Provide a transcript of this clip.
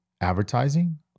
advertising